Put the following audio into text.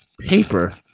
paper